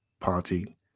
Party